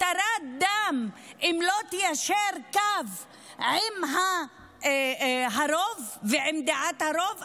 התרת דם אם לא תיישר קו עם הרוב ועם דעת הרוב?